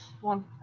one